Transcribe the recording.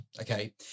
okay